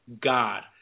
god